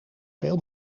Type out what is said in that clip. veel